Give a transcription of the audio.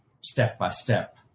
step-by-step